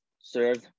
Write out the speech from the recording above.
Served